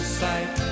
sight